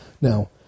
Now